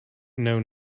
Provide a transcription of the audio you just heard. know